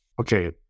Okay